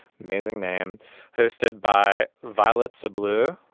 amazing name hosted by violets are blue.